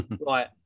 Right